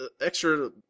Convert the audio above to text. extra